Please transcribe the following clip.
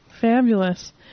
fabulous